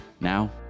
Now